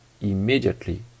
immediately